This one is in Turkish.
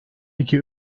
iki